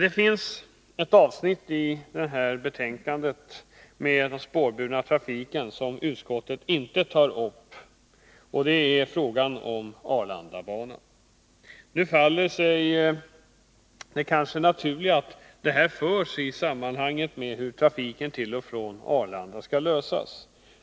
Det finns ett avsnitt beträffande den spårbundna trafiken som utskottet inte tar upp i detta betänkande, och det är frågan om Arlandabanan. Nu faller det sig kanske naturligare att denna debatt förs i samband med behandlingen av frågan om hur trafiken till och från Arlanda skall lösas.